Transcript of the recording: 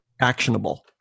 actionable